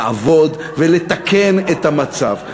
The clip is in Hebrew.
לעבוד ולתקן את המצב.